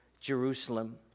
Jerusalem